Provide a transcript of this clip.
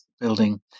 building